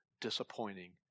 disappointing